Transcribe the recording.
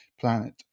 planet